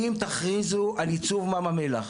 אם תכריזו על ייצוב ים המלח,